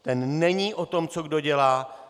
Ten není o tom, co kdo dělá.